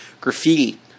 graffiti